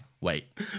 Wait